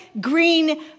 green